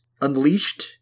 unleashed